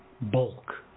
bulk